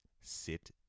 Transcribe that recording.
Sit